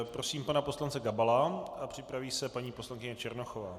Prosím pana poslance Gabala a připraví se paní poslankyně Černochová.